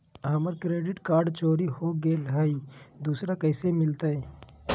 हमर credit card चोरी हो गेलय हई, दुसर कैसे मिलतई?